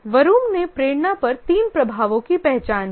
Vroom ने प्रेरणा पर तीन प्रभावों की पहचान की